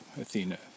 Athena